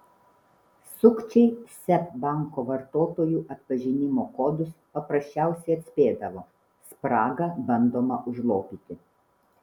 sukčiai seb banko vartotojų atpažinimo kodus paprasčiausiai atspėdavo spragą bandoma užlopyti